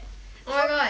oh my god